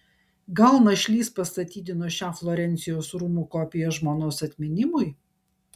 gal našlys pastatydino šią florencijos rūmų kopiją žmonos atminimui